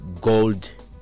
gold